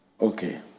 okay